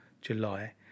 July